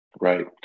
Right